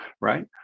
right